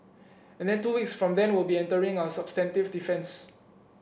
and then two weeks from then we'll be entering our substantive defence